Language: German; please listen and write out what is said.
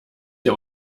der